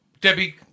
Debbie